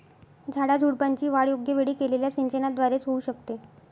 झाडाझुडपांची वाढ योग्य वेळी केलेल्या सिंचनाद्वारे च होऊ शकते